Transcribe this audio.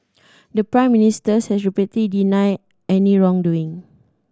the Prime Minister has repeatedly denied any wrongdoing